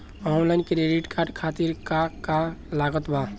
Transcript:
Online credit card खातिर का का लागत बा?